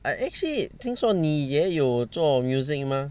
I actually 听说你也有做 music mah